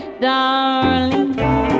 Darling